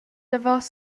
davos